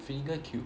vinegar cube